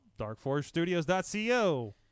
DarkForgeStudios.co